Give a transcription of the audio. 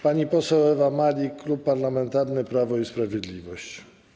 Pani poseł Ewa Malik, Klub Parlamentarny Prawo i Sprawiedliwość.